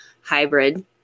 hybrid